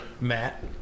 matt